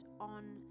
on